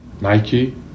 Nike